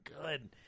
good